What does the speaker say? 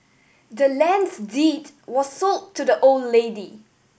the land's deed was sold to the old lady